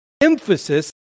emphasis